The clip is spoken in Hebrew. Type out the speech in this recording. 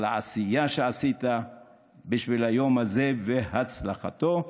על העשייה שעשית בשביל היום הזה והצלחתו.